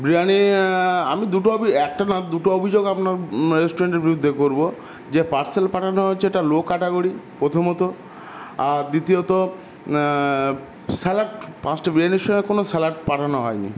বিরিয়ানি আমি দুটো অভি একটা না দুটো অভিযোগ আপনার রেস্টুরেন্টে বিরুদ্ধে করবো যে পার্সেল পাঠানো হচ্ছে এটা লো কাটাগরি প্রথমত আর দ্বিতীয়ত স্যালাড পাঁচটা বিরিয়ানির সময় কোনো স্যালাড পাঠানো হয়নি